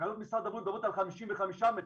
תקנות משרד הבריאות מדברות על חמישים וחמישה מטרים,